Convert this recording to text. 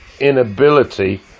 inability